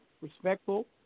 respectful